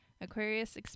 Aquarius